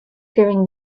fearing